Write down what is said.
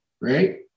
right